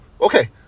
okay